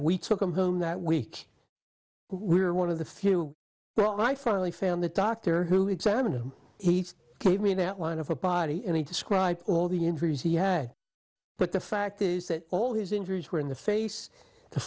we took him home that week we were one of the few well i finally found the doctor who examined him he gave me about one of the body and he described all the injuries he had but the fact is that all his injuries were in the face